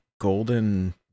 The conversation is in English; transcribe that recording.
golden